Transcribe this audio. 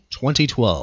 2012